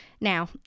now